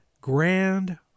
grand